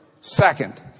Second